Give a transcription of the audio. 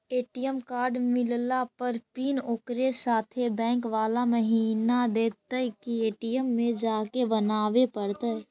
ATM card मिलला पर pin ओकरे साथे बैक बाला महिना देतै कि ए.टी.एम में जाके बना बे पड़तै?